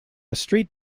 street